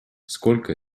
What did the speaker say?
сколько